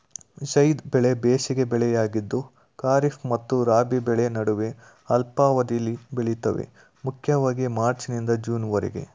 ಝೈದ್ ಬೆಳೆ ಬೇಸಿಗೆ ಬೆಳೆಯಾಗಿದ್ದು ಖಾರಿಫ್ ಮತ್ತು ರಾಬಿ ಬೆಳೆ ನಡುವೆ ಅಲ್ಪಾವಧಿಲಿ ಬೆಳಿತವೆ ಮುಖ್ಯವಾಗಿ ಮಾರ್ಚ್ನಿಂದ ಜೂನ್ವರೆಗೆ